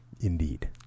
Indeed